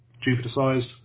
Jupiter-sized